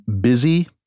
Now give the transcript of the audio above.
busy